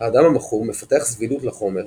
האדם המכור מפתח סבילות לחומר,